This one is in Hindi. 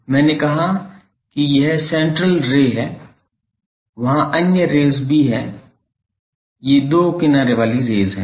मैंने कहा कि यह सेंट्रल रे है वहां अन्य रेज़ भी हैं ये दो किनारे वाली रेज़ हैं